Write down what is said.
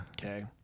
Okay